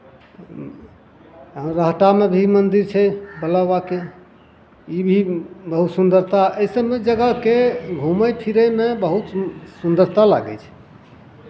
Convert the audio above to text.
रहटामे भी मन्दिर छै भोला बाबाके ई भी बहुत सुन्दरता एहिसभ जगहके घूमय फिरयमे बहुत सुन्दरता लागै छै